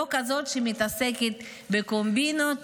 לא כזו שמתעסקת בקומבינות,